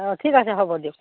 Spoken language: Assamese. অঁ ঠিক আছে হ'ব দিয়ক